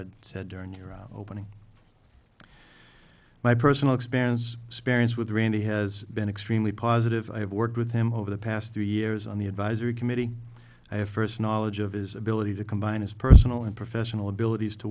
had said during your opening my personal experience experience with randy has been extremely positive i have worked with him over the past three years on the advisory committee i have first knowledge of his ability to combine his personal and professional abilities to